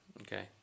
Okay